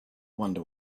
wonder